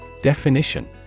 Definition